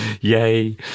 Yay